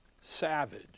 savage